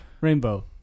Rainbow